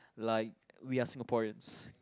like we are Singaporeans